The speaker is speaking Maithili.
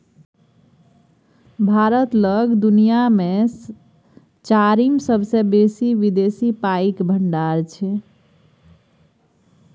भारत लग दुनिया चारिम सेबसे बेसी विदेशी पाइक भंडार छै